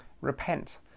Repent